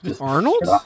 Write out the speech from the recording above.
Arnold